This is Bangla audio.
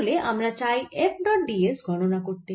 তাহলে আমরা চাই F ডট ds গণনা করতে